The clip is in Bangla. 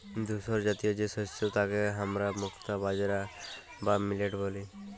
ধূসরজাতীয় যে শস্য তাকে হামরা মুক্তা বাজরা বা মিলেট ব্যলি